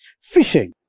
fishing